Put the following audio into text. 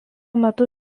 metu